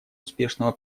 успешного